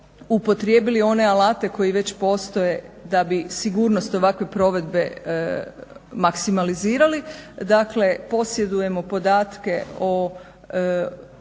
upotrijebili one alate koji već postoje da bi sigurnost ovakve provedbe maksimalizirali. Dakle, posjedujemo podatke o